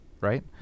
right